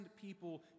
people